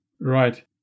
right